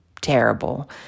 terrible